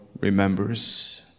remembers